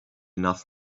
enough